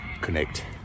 connect